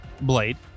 blade